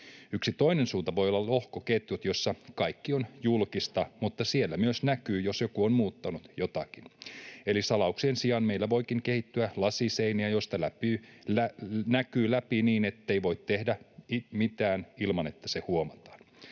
Yksi toinen suunta voi olla lohkoketjut, joissa kaikki on julkista, mutta siellä myös näkyy, jos joku on muuttanut jotakin. Eli salauksien sijaan meillä voikin kehittyä lasiseiniä, joista näkyy läpi niin, ettei voi tehdä mitään ilman, että se huomataan.